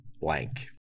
blank